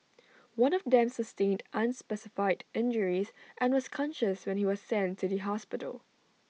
one of them sustained unspecified injuries and was conscious when he was sent to the hospital